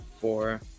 four